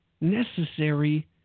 necessary